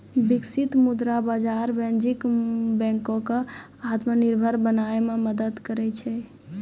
बिकसित मुद्रा बाजार वाणिज्यक बैंको क आत्मनिर्भर बनाय म मदद करै छै